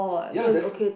yea Dessen